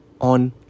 on